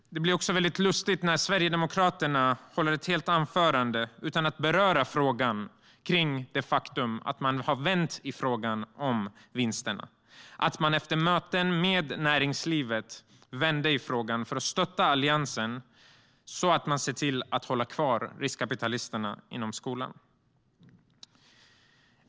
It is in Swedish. Det blir också väldigt lustigt när Sverigedemokraterna håller ett helt anförande utan att beröra det faktum att man har vänt i fråga om vinsterna. Efter möten med näringslivet vände man i frågan för att stötta Alliansen, så att man ser till att hålla kvar riskkapitalisterna inom skolan.